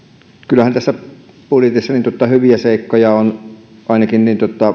kyllähän tässä budjetissa hyviä seikkoja on ainakin